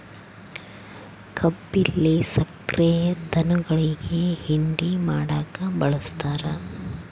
ಕಬ್ಬಿಲ್ಲಿ ಸಕ್ರೆ ಧನುಗುಳಿಗಿ ಹಿಂಡಿ ಮಾಡಕ ಬಳಸ್ತಾರ